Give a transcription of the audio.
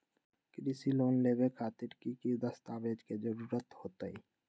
कृषि लोन लेबे खातिर की की दस्तावेज के जरूरत होतई?